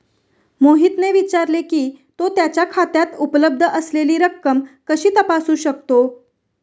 मोहितने विचारले की, तो त्याच्या खात्यात उपलब्ध असलेली रक्कम कशी तपासू शकतो?